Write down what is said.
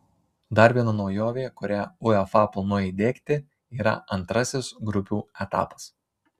dar viena naujovė kurią uefa planuoja įdiegti yra antrasis grupių etapas